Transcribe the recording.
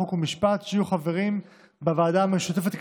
חוק ומשפט שיהיו חברים בוועדה המשותפת,